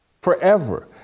forever